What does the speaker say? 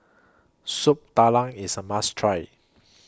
Soup Tulang IS A must Try